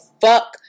fuck